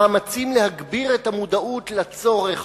המאמצים להגביר את המודעות לצורך,